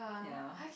ya